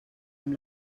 amb